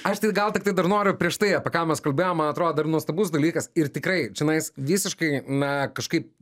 aš tai gal tiktai dar noriu prieš tai apie ką mes kalbėjom man atrodo yra nuostabus dalykas ir tikrai čionais visiškai na kažkaip